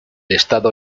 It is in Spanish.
estado